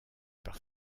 par